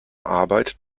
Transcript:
arbeit